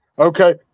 Okay